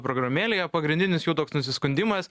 programėlėje pagrindinis jų toks nusiskundimas